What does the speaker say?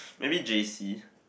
maybe j_c